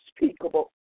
unspeakable